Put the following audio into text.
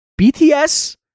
BTS